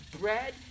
bread